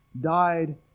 died